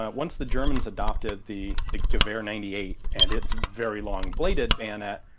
um once the germans adopted the the gewehr ninety eight and it's very long bladed bayonet,